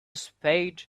spade